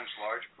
large